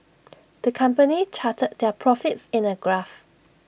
the company charted their profits in A graph